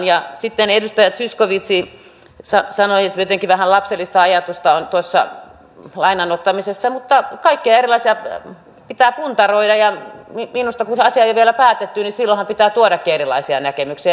ja sitten edustaja zyskowicz sanoi että jotenkin vähän lapsellisesta ajatusta on tuossa lainan ottamisessa mutta kaikkea erilaista pitää puntaroida ja minusta silloin kun asia ei ole vielä päätetty pitää tuodakin erilaisia näkemyksiä